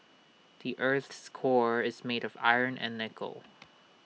the Earth's core is made of iron and nickel